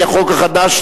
לפי החוק החדש,